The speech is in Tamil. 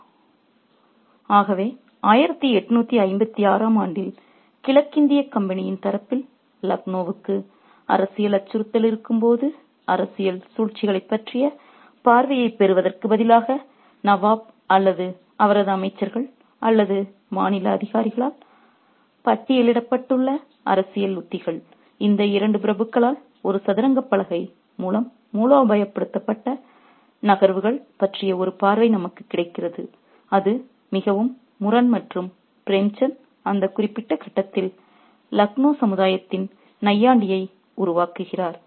ரெபஃர் ஸ்லைடு டைம் 1005 ஆகவே 1856 ஆம் ஆண்டில் கிழக்கிந்திய கம்பெனியின் தரப்பில் லக்னோவுக்கு அரசியல் அச்சுறுத்தல் இருக்கும்போது அரசியல் சூழ்ச்சிகளைப் பற்றிய பார்வையைப் பெறுவதற்குப் பதிலாக நவாப் அல்லது அவரது அமைச்சர்கள் அல்லது மாநில அதிகாரிகளால் பட்டியலிடப்பட்டுள்ள அரசியல் உத்திகள் இந்த இரண்டு பிரபுக்களால் ஒரு சதுரங்கப் பலகை மூலம் மூலோபாயப்படுத்தப்பட்ட நகர்வுகள் பற்றிய ஒரு பார்வை நமக்குக் கிடைக்கிறது அது மிகவும் முரண் மற்றும் பிரேம்சந்த் அந்த குறிப்பிட்ட கட்டத்தில் லக்னோ சமுதாயத்தின் நையாண்டியை உருவாக்குகிறார்